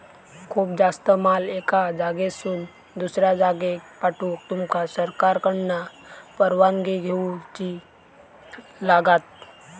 खूप जास्त माल एका जागेसून दुसऱ्या जागेक पाठवूक तुमका सरकारकडना परवानगी घेऊची लागात